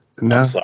No